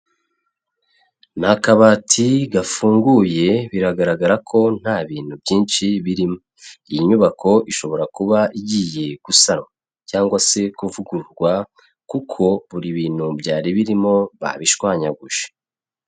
Ni akabati gafunguye biragaragara ko nta bintu byinshi birimo, iyi nyubako ishobora kuba igiye gusanwa cyangwa se kuvugururwa kuko buri bintu byari birimo babishwanyaguje.